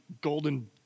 golden